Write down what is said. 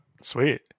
sweet